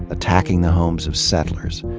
attacking the homes of settlers,